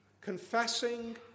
confessing